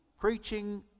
preaching